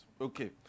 Okay